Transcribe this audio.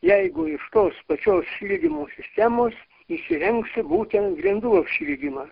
jeigu iš tos pačios šildymo sistemos įsirengsi būtent grindų apšildymą